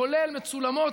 כולל מצולמות,